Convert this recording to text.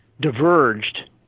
diverged